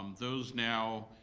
um those now,